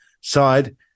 side